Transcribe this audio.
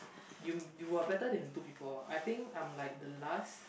you w~ you were better than two people I think I'm like the last